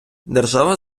держава